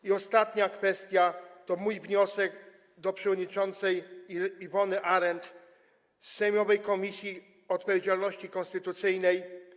I ostatnia kwestia to mój wniosek do przewodniczącej Iwony Arent z sejmowej Komisji Odpowiedzialności Konstytucyjnej.